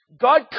God